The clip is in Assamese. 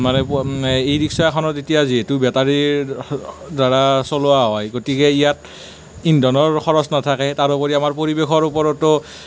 মানে ই ৰিক্সাখনত এতিয়া যিহেতু বেটাৰীৰ দ্বাৰা চলোৱা হয় গতিকে ইয়াত ইন্ধনৰ খৰছ নাথাকে তাৰোপৰি আমাৰ পৰিৱেশৰ ওপৰতো